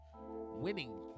winning